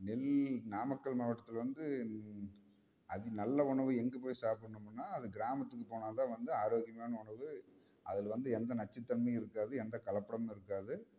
நெல் நாமக்கல் மாவட்டத்தில் வந்து அதி நல்ல உணவு எங்கே போய் சாப்பிட்ணுமுன்னா அது கிராமத்துக்கு போனால்தான் வந்து ஆரோக்கியமான உணவு அதில் வந்து எந்த நச்சுத்தன்மையும் இருக்காது எந்த கலப்படமும் இருக்காது